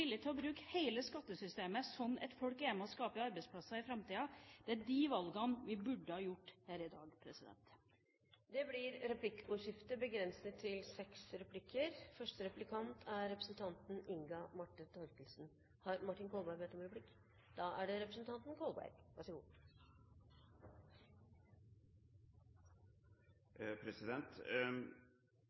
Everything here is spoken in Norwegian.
til å bruke hele skattesystemet, slik at folk er med på å skape arbeidsplasser i framtida. Det er de valgene vi burde ha tatt her i dag. Det blir replikkordskifte. Det framstår kanskje litt spesielt at jeg begynner min replikk med å si at representantene fra opposisjonspartiene holder veldig gode innlegg, men det